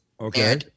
Okay